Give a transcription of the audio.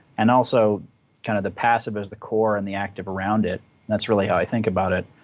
and also kind of the passive as the core and the active around it that's really how i think about it